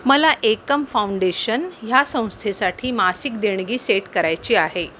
मला एकम फाउंडेशन या संस्थेसाठी मासिक देणगी सेट करायची आहे